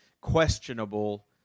questionable